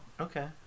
okay